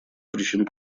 причин